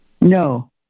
No